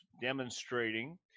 demonstrating